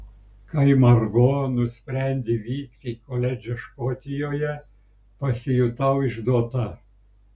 kai margo nusprendė vykti į koledžą škotijoje pasijutau išduota